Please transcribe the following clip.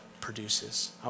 produces